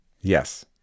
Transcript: Yes